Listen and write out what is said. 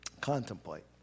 contemplate